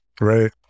Right